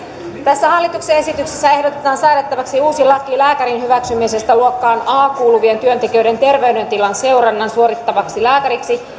tässä hallituksen esityksessä ehdotetaan säädettäväksi uusi laki lääkärin hyväksymisestä luokkaan a kuuluvien työntekijöiden terveydentilan seurannan suorittavaksi lääkäriksi